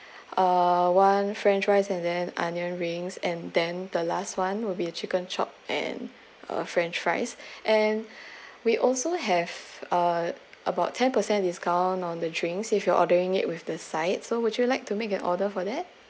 uh one french fries and then onion rings and then the last one will be a chicken chop and a french fries and we also have uh about ten percent discount on the drinks if you're ordering it with the side so would you like to make an order for that